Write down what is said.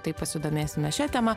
tai pasidomėsime šia tema